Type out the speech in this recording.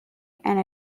and